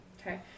Okay